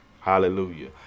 Hallelujah